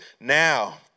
now